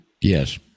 Yes